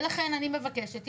ולכן אני מבקשת,